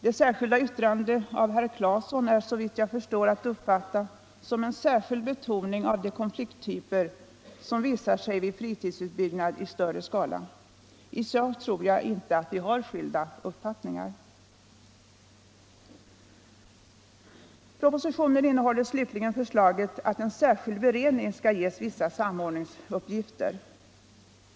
Det särskilda yttrandet nr 2 av herr Claeson vid betänkandet nr 2 är, såvitt jag förstår, att uppfatta som en särskild betoning av de konflikttyper som visar sig vid fritidsutbyggnad i större skala. I sak tror jag inte att vi har skilda uppfattningar. Propositionen innehåller slutligen förslaget att en särskild beredning skall ges vissa samordningsuppgifter.